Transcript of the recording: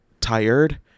tired